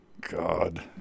God